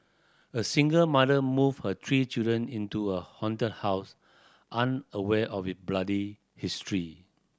a single mother move her three children into a haunted house unaware of it bloody history